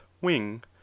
wing